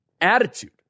attitude